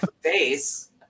face